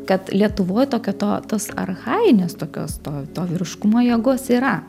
kad lietuvoj tokio to tos archajinės tokios to to vyriškumo jėgos yra